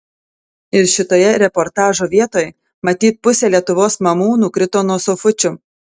ir šitoje reportažo vietoj matyt pusė lietuvos mamų nukrito nuo sofučių